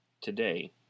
Today